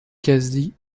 quasi